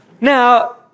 Now